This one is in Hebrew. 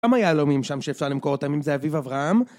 כמה יהלומים שם שאפשר למכור אותם, אם זה אביב אברהם.